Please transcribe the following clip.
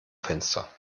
fenster